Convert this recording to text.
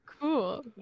cool